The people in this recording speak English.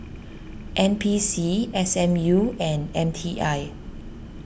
N P C S M U and M T I